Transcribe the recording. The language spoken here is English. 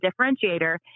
differentiator